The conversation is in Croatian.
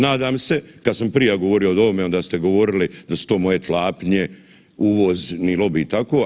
Nadam se kad sam prija govorio od ovome onda ste govorili da su to moje tlapnje, uvozni lobi i tako.